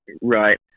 Right